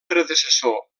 predecessor